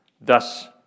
Thus